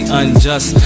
unjust